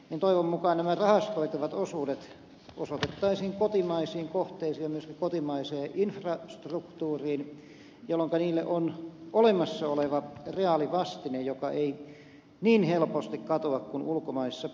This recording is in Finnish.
eli toivon mukaan nämä rahastoitavat osuudet osoitettaisiin kotimaisiin kohteisiin ja myöskin kotimaiseen infrastruktuuriin jolloinka niille on olemassa oleva reaalivastine joka ei niin helposti katoa kuin ulkomaisissa pörsseissä